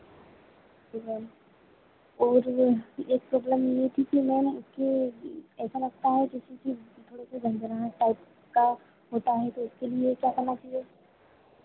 जी ma'am और एक problem ये थी कि मैम इसकी ऐसा लगता है कि इसी की थोड़ी सी झनझनाहट टाइप का होता है तो उसके लिए क्या दवा चाहिए